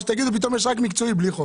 או שתגידו שיש רק מקצועי בלי חוק?